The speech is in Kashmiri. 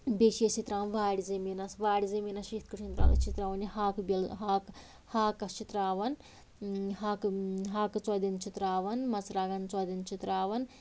بیٚیہِ چھِ أسۍ یہِ ترٛاوان واڈِ زٔمیٖنس واڈِ زٔمیٖنس چھِ یِتھٕ پٲٹھٮ۪ن ترٛاوان أسۍ چھِ ترٛاوان یہِ ہاکہٕ بیوٚل ہاکہٕ ہاکس چھِ ترٛاوان ہاکہٕ ہاکہٕ ژۄدٮ۪ن چھِ ترٛاوان مرژٕوانٛگن ژۄدٮ۪ن چھِ ترٛاوان